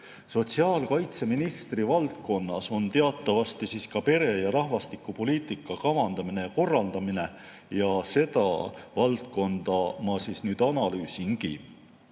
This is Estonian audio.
Sotsiaalkaitseministri valdkonnas on teatavasti ka pere- ja rahvastikupoliitika kavandamine ja korraldamine ja seda valdkonda ma nüüd analüüsingi.